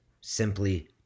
Simply